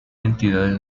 entidades